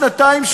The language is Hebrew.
שנתיים,